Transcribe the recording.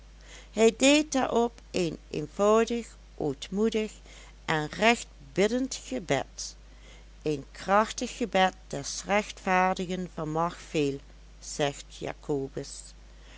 hij deed daarop een eenvoudig ootmoedig en recht biddend gebed een krachtig gebed des rechtvaardigen vermag veel zegt jacobus